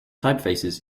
typefaces